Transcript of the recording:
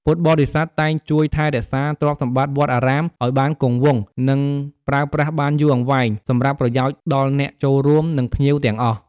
ការរៀបចំកន្លែងសម្រាក សម្រាប់ភ្ញៀវដែលមកពីឆ្ងាយខ្លាំង និងត្រូវស្នាក់នៅមួយយប់ ឬច្រើនថ្ងៃ ពុទ្ធបរិស័ទតែងជួយរៀបចំកន្លែងសម្រាកបណ្ដោះអាសន្ននៅក្នុងបរិវេណវត្ត ឬសាលាឆាន់។